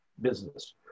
business